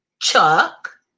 Chuck